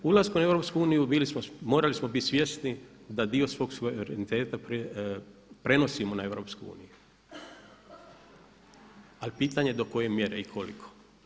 Ulaskom u EU morali smo bit svjesni da dio svog suvereniteta prenosimo na EU, ali pitanje do koje mjere i koliko.